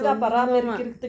!alamak!